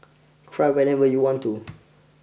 cry whenever you want to